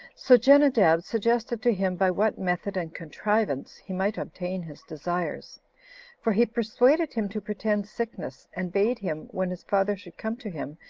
so jenadab suggested to him by what method and contrivance he might obtain his desires for he persuaded him to pretend sickness, and bade him, when his father should come to him,